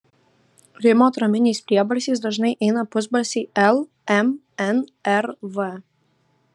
rimo atraminiais priebalsiais dažnai eina pusbalsiai l m n r v